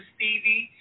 Stevie